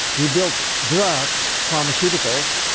we built drugs, pharmaceuticals,